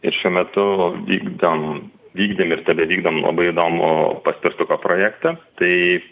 ir šiuo metu vykdom vykdėm ir tebevykdom labai įdomų paspirtuko projektą tai